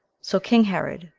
so king herod,